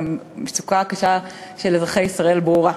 והמצוקה הקשה של אזרחי ישראל ברורה.